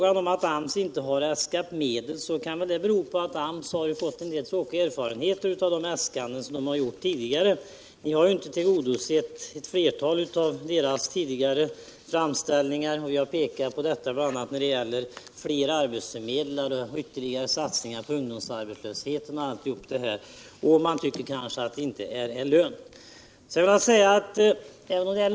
Att AMS inte äskat medel kan ju bero på att AMS fått en del tråkiga erfarenheter av de äskanden som man gjort tidigare. Ni harju inte tillgodosett ett flertal av deras tidigare framställningar. Jag vill bl.a. peka på detta med fler arbetsförmedlare och ytterligare satsning för att avhjälpa ungdomsarbetslösheten. Man tycker kanske att det inte är lönt att göra något.